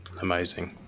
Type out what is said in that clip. Amazing